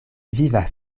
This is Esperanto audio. vivas